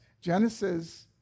Genesis